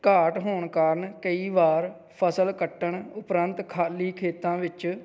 ਘਾਟ ਹੋਣ ਕਾਰਣ ਕਈ ਵਾਰ ਫਸਲ ਕੱਟਣ ਉਪਰੰਤ ਖਾਲੀ ਖੇਤਾਂ ਵਿੱਚ